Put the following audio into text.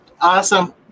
awesome